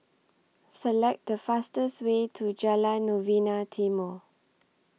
Select The fastest Way to Jalan Novena Timor